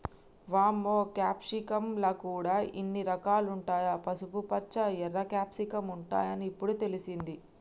వామ్మో క్యాప్సికమ్ ల గూడా ఇన్ని రకాలుంటాయా, పసుపుపచ్చ, ఎర్ర క్యాప్సికమ్ ఉంటాయని ఇప్పుడే తెలిసింది